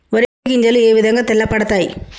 వరి గింజలు ఏ విధంగా తెల్ల పడతాయి?